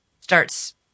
starts